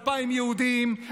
2,000 יהודים,